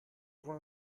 vous